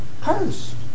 Cursed